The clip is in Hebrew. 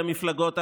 למפלגות החרדיות.